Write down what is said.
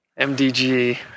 MDG